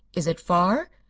is it far?